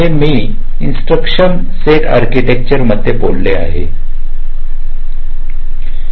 हे मी instruction set आर्किटेक्चरमध्ये बदल करू शकतो